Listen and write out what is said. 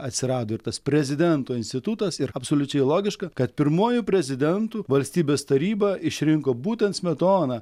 atsirado ir tas prezidento institutas ir absoliučiai logiška kad pirmuoju prezidentu valstybės taryba išrinko būtent smetoną